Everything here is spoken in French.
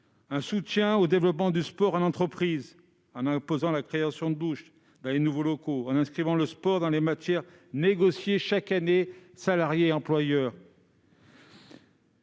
soutenu le développement du sport en entreprise, en imposant la création de douches dans les nouveaux locaux et en inscrivant le sport dans les matières négociées chaque année entre les salariés et les employeurs.